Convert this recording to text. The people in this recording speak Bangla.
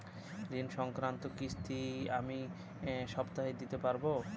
ঋণ সংক্রান্ত কিস্তি আমি কি সপ্তাহে দিতে পারবো?